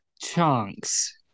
chunks